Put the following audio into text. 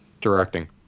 Directing